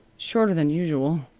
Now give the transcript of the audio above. shorter than usual.